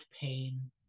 pain